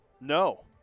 No